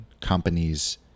companies –